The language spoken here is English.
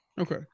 Okay